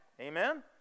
Amen